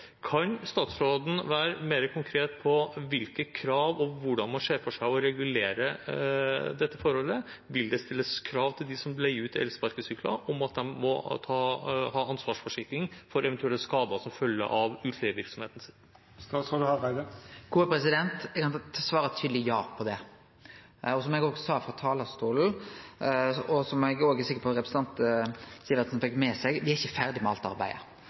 Kan statsråden være mer konkret på hvilke krav og hvordan man ser for seg å regulere dette forholdet? Vil det stilles krav til dem som leier ut elsparkesykler om at de må ha ansvarsforsikring for eventuelle skader som følger av utleievirksomheten? Eg kan svare tydeleg ja på det. Som eg òg sa frå talarstolen, og som eg er sikker på at representanten Sivertsen fekk med seg, er me ikkje ferdige med alt arbeidet.